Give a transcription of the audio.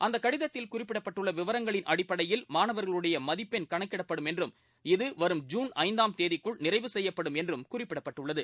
அந்தக் கடிதத்தில் குறிப்பிடப்பட்டுள்ள விவரங்களின் அடிப்படையில் மாணவர்களுடைய மதிப்பெண் கணக்கிடப்படும் என்றும் இது வரும் ஜுன் ஐந்தாம் தேதிக்குள் நிறைவு செய்யப்படும் என்றும் குறிப்பிடப்பட்டுள்ளது